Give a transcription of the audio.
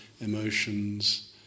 emotions